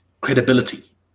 credibility